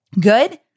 good